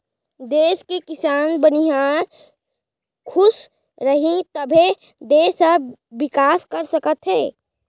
देस के किसान, बनिहार खुस रहीं तभे देस ह बिकास कर सकत हे